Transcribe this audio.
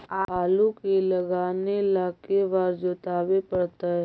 आलू के लगाने ल के बारे जोताबे पड़तै?